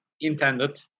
intended